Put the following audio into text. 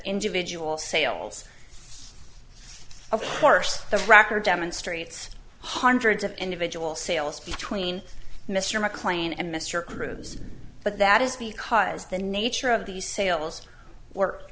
individual sales of course the record demonstrates hundreds of individual sales between mr mclean and mr cruz but that is because the nature of these sales work